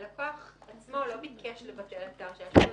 הלקוח עצמו לא ביקש לבטל את ההרשאה שלו.